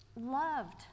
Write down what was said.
loved